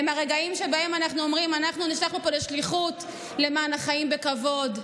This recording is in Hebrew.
הם הרגעים שבהם אנחנו אומרים שנשלחנו פה בשליחות למען החיים בכבוד,